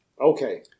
Okay